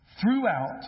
throughout